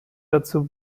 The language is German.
dazu